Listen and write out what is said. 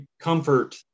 comfort